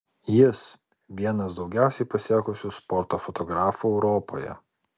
jis vienas daugiausiai pasiekusių sporto fotografų europoje